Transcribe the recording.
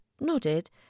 nodded